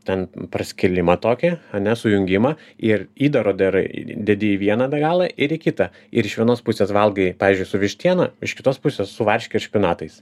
ten praskėlimą tokį ane sujungimą ir įdaro darai dedi į vieną galą ir į kitą ir iš vienos pusės valgai pavyzdžiui su vištiena iš kitos pusės su varške ir špinatais